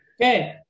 Okay